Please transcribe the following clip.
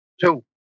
two